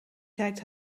kijkt